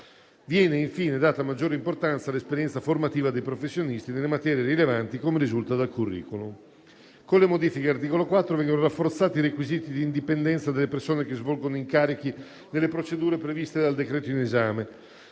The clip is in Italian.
Viene infine data maggiore importanza all'esperienza formativa dei professionisti nelle materie rilevanti, come risulta dal *curriculum*. Con le modifiche all'articolo 4 vengono rafforzati i requisiti di indipendenza delle persone che svolgono incarichi nelle procedure previste dal decreto-legge in esame;